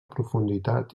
profunditat